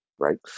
Right